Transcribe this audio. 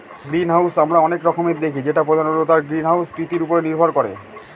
greenhouse আমরা অনেক রকমের দেখি যেটা প্রধানত তার গ্রিনহাউস কৃতির উপরে নির্ভর করে